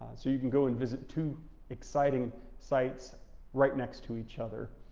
so you can go and visit two exciting sites right next to each other.